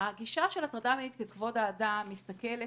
הגישה של הטרדה מינית ככבוד האדם מסתכלת